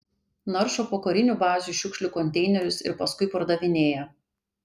naršo po karinių bazių šiukšlių konteinerius ir paskui pardavinėja